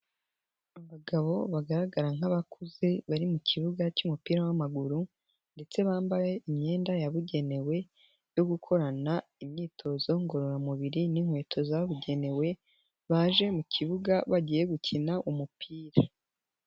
Abagabo bagaragara nk'abakuze bari mu kibuga cy'umupira w'amaguru ndetse bambaye imyenda yabugenewe yo gukorana imyitozo ngororamubiri n'inkweto zabugenewe, baje mu kibuga bagiye gukina umupira.